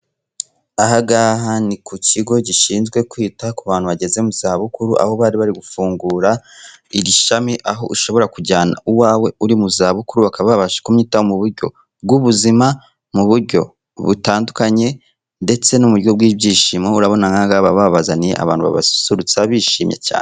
Ni ku kigo gishinzwe kwita ku bantu bageze mu zabukuru aho bari bari gufungura iri shami aho ushobora kujyana uwawe uri mu zabukuru bakaba babasha kuyitaho mu buryo bw'ubuzima, mu buryo butandukanye ndetse n'uburyo bw'ibyishimo urabonahangaga babababazaniye abantu babasusurutsa bishimye cyane.